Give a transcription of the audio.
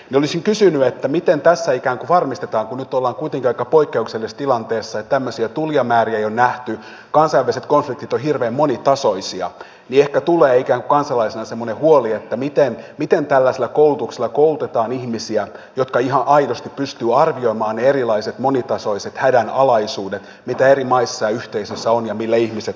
olisin kysynyt miten tässä varmistetaan se että kun nyt ollaan kuitenkin aika poikkeuksellisessa tilanteessa eli että tämmöisiä tulijamääriä ei ole nähty kansainväliset konfliktit ovat hirveän monitasoisia ja ehkä tulee kansalaisena semmoinen huoli että miten tällaisella koulutuksella koulutetaan ihmisiä jotka ihan aidosti pystyvät arvioimaan ne erilaiset monitasoiset hädänalaisuudet mitä eri maissa ja yhteisöissä on ja mille ihmiset altistuvat